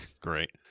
Great